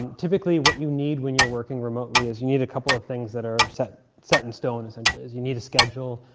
typically what you need when you're working remotely is, you need a couple of things that are set set in stone, essentially. you need a schedule,